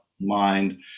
mind